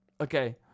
Okay